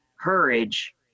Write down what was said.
courage